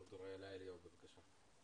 ד"ר אילה אליהו, בבקשה.